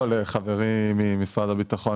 במשרד הביטחון